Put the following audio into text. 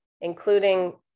including